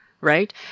right